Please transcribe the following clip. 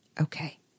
Okay